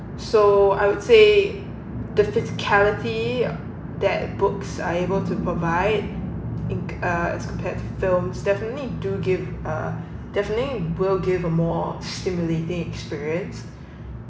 so I would say the physicality that books are able to provide inc~ as compared to films definitely do give uh definitely will give a more stimulating experience